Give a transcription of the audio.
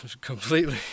completely